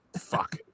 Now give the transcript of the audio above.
Fuck